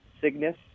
Cygnus